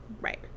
Right